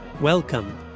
Welcome